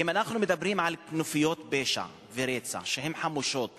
אם אנחנו מדברים על כנופיות פשע ורצח שהן חמושות,